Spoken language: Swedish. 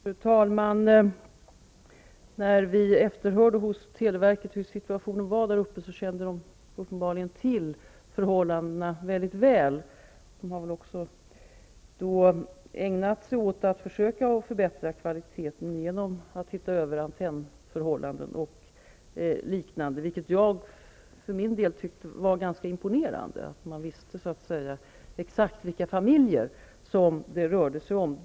Fru talman! När vi efterhörde hos televerket hur situationen var där uppe upptäckte vi att man uppenbarligen kände till förhållandena väldigt väl. Televerket har försökt förbättra kvaliteten genom att se över antennförhållanden o.d. För min del tyckte jag att det var ganska imponerande att televerket visste exakt vilka familjer det rörde sig om.